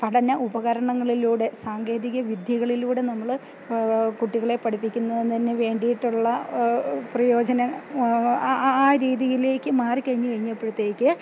പഠന ഉപകരണങ്ങളിലൂടെ സാങ്കേതിക വിദ്യകളിലൂടെ നമ്മൾ കുട്ടികളെ പഠിപ്പിക്കുന്നതിന് വേണ്ടിയിട്ടുള്ള പ്രയോജനം ആ രീതിയിലേക്ക് മാറിക്കഴിഞ്ഞ് കഴിഞ്ഞപ്പഴത്തേക്ക്